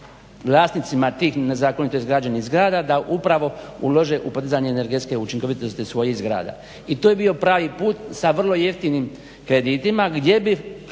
vlasnicima tih nezakonito izgrađenih zgrada da upravo ulože u podizanje energetske učinkovitosti svojih zgrada. I to je bio pravi put sa vrlo jeftinim kreditima, gdje bi